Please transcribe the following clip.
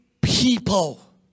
people